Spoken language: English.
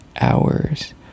hours